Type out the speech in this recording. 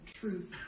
truth